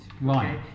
Right